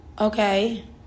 Okay